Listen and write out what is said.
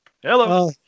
Hello